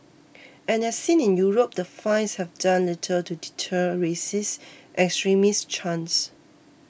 and as seen in Europe the fines have done little to deter racist and extremist chants